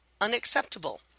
unacceptable